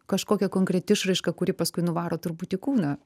kažkokia konkreti išraiška kuri paskui nuvaro turbūt į kūną